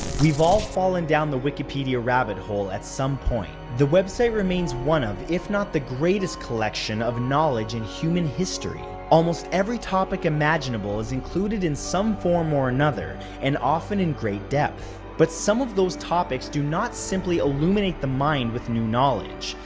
we've all fallen down the wikipedia rabbit hole at some point. the website remains one of if not the greatest collection of knowledge in human history. almost every topic imaginable is included in some form or another, and often in great depth, but some of those topics do not simply illuminate the mind with new knowledge,